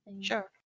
sure